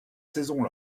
saison